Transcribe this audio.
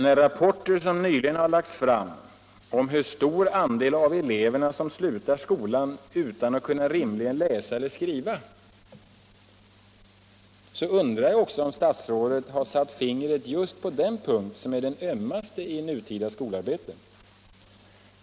När rapporter nyligen lagts fram om hur stor andel av eleverna som slutar skolan utan att kunna rimligen läsa och skriva undrar jag också om statsrådet satt fingret just på den punkt som är den ömmaste i nutida skolarbete.